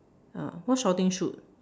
ah who shouting shoot